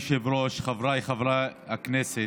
אדוני היושב-ראש, חבריי חברי הכנסת,